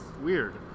weird